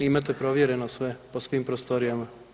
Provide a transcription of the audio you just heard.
Imate provjereno sve, po svim prostorijama?